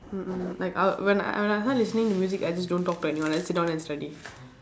mm mm like I'll when I start listening to music I just don't talk to anyone I just sit down and study